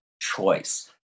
choice